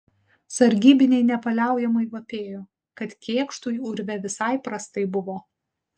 sargybiniai nepaliaujamai vapėjo kad kėkštui urve visai prastai buvo